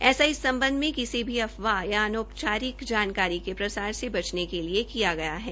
ऐसा इस संबंध में किसी भी अफवाह या अनौपचारिक जानकारी के प्रसार से बचने के लिए किया गया है